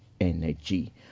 energy